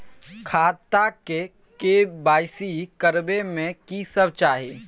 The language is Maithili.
खाता के के.वाई.सी करबै में की सब चाही?